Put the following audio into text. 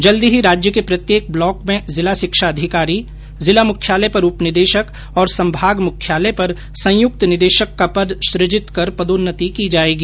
जल्दी ही राज्य के प्रत्येक ब्लॉक में जिला षिक्षा अधिकारी जिला मुख्यालय पर उप निदेषक और संभाग मुख्यालय पर संयुक्त निदेषक का पद सुजित कर पदोन्नति की जायेगी